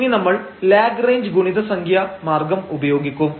ഇനി നമ്മൾ ലാഗ്റേഞ്ച് ഗുണിത സംഖ്യ മാർഗ്ഗം ഉപയോഗിക്കും